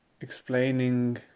explaining